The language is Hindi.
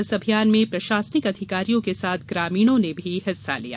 इस अभियान में प्रशासनिक अधिकारियों के साथ ग्रामीणों ने भी हिस्सा लिया